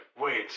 Wait